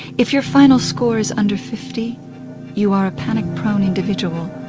if your final score is under fifty you are a panic prone individual.